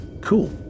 Cool